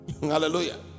Hallelujah